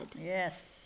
Yes